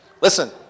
Listen